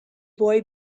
boy